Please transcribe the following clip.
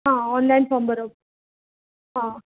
आ online form भरप आ